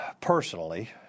personally